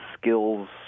skills